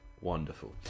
wonderful